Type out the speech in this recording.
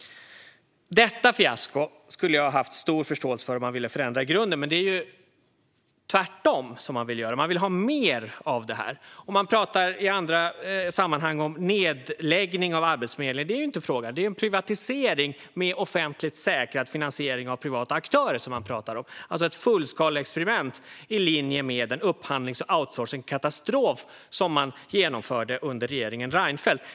Detta fiasko skulle jag ha haft stor förståelse för om man ville förändra i grunden, men man vill göra tvärtom. Man vill ha mer av detta. I andra sammanhang pratar man om en nedläggning av Arbetsförmedlingen, men det är alltså fråga om en privatisering med offentligt säkrad finansiering av privata aktörer, alltså ett fullskaleexperiment i linje med den upphandlings och outsourcekatastrof som man genomförde under regeringen Reinfeldt.